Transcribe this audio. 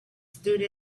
stood